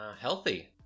Healthy